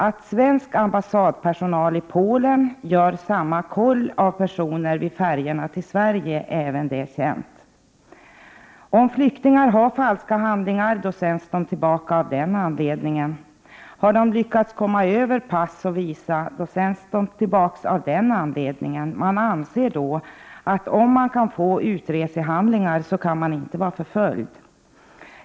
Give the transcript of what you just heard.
Att svensk ambassadpersonal i Polen gör samma kontroll av personer vid färjorna till Sverige är även det känt. Om flyktingar har falska handlingar, sänds de tillbaka av den anledningen. Har de lyckats komma över pass och visa, sänds de tillbaka av den anledningen; det anses då att den som får utresehandlingar inte kan vara förföljd.